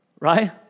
Right